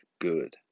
good